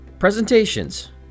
Presentations